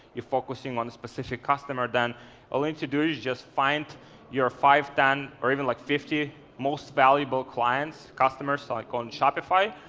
you're focusing on a specific customer, then you only need to do is just find your five, ten, or even like fifty most valuable clients, customers like on shopify,